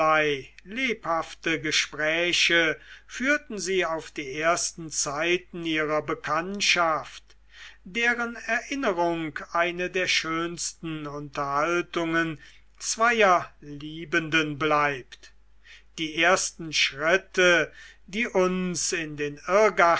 lebhafte gespräche führten sie auf die ersten zeiten ihrer bekanntschaft deren erinnerung eine der schönsten unterhaltungen zweier liebenden bleibt die ersten schritte die uns in den